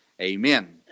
amen